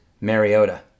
Mariota